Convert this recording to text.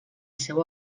seu